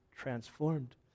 transformed